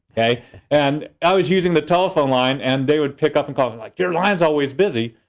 okay and i was using the telephone line and they would pick up and call and like your line's always busy.